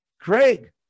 Craig